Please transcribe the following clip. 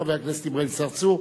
חבר הכנסת אברהים צרצור.